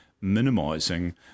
minimising